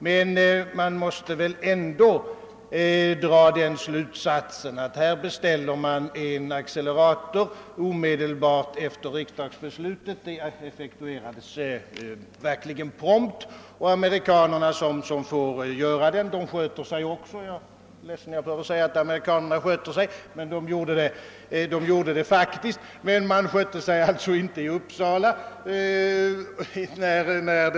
Men man måste väl ändå dra den slutsatsen att acceleratorn beställdes omedelbart efter riksdagsbeslutet och verkligen effektuerades prompt av amerikanarna som — jag är ledsen att behöva säga det — faktiskt skötte sig, medan man inte skötte sig i Uppsala.